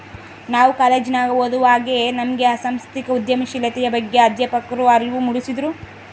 ನಾವು ಕಾಲೇಜಿನಗ ಓದುವಾಗೆ ನಮ್ಗೆ ಸಾಂಸ್ಥಿಕ ಉದ್ಯಮಶೀಲತೆಯ ಬಗ್ಗೆ ಅಧ್ಯಾಪಕ್ರು ಅರಿವು ಮೂಡಿಸಿದ್ರು